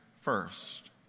first